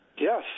Yes